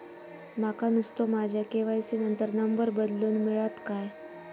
माका नुस्तो माझ्या के.वाय.सी त नंबर बदलून मिलात काय?